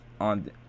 on